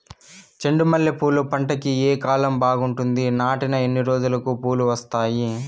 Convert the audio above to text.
చెండు మల్లె పూలు పంట కి ఏ కాలం బాగుంటుంది నాటిన ఎన్ని రోజులకు పూలు వస్తాయి